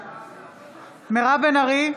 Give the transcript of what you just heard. בעד מירב בן ארי,